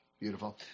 Beautiful